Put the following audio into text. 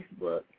Facebook